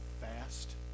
fast